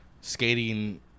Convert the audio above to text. skating